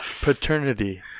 Paternity